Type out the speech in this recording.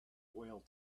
whale